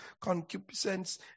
concupiscence